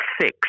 six